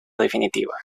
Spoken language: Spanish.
definitiva